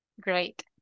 great